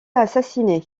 assassiné